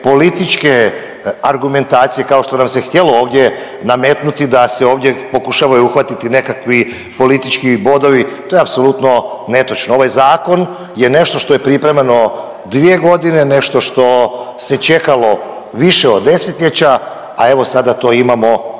političke argumentacije kao što nam se htjelo ovdje nametnuti da se ovdje pokušavaju uhvatiti nekakvi politički bodovi. To je apsolutno netočno. Ovaj zakon je nešto što je pripremano 2 godine, nešto što se čekalo više od desetljeća, a evo sada to imamo ovdje